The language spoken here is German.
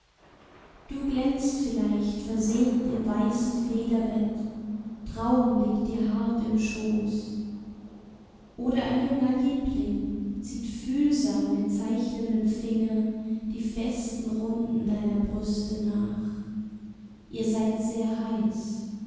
du glänzt vielleicht versehnt im weißen federbett traum liegt dir hart im schoß oder ein junger liebling zieht fühlsam mit zeichnendem finger die festen runden deiner brüste nach ihr seid sehr heiß